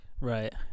Right